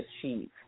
achieve